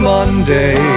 Monday